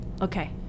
okay